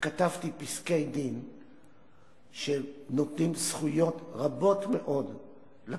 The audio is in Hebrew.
וכתבתי פסקי-דין שנותנים זכויות רבות מאוד לפרקליטות,